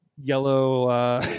yellow